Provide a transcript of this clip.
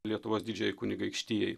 lietuvos didžiajai kunigaikštijai